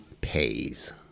pays